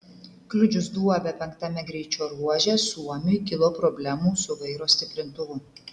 kliudžius duobę penktame greičio ruože suomiui kilo problemų su vairo stiprintuvu